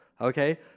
Okay